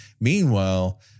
Meanwhile